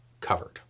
covered